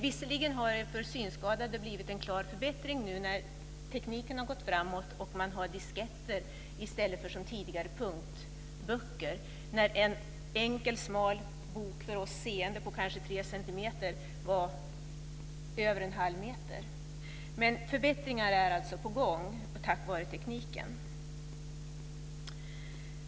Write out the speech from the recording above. Visserligen har det blivit en klar förbättring för de synskadade nu när tekniken har gått framåt och man har disketter i stället för, som tidigare, punktskriftsböcker. En enkel smal bok på kanske tre centimeter för oss seende kunde då vara över en halv meter. Men förbättringar är alltså på gång tack vare tekniken.